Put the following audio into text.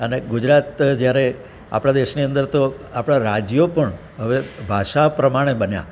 અને ગુજરાત જ્યારે આપણા દેશની અંદર તો આપણા રાજ્યો પણ હવે ભાષા પ્રમાણે બન્યા